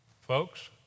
Folks